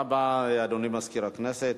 תודה רבה, אדוני מזכיר הכנסת.